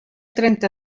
trenta